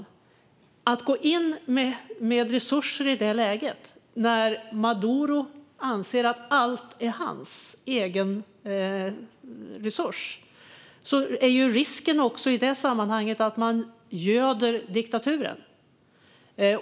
Om man går in med resurser i det läget när Maduro anser att allt är hans resurser är risken i det sammanhanget att man göder diktaturen.